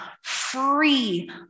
free